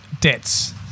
debts